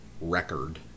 record